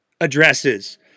addresses